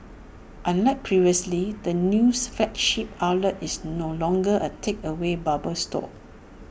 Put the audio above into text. unlike previously the news flagship outlet is no longer A takeaway bubble store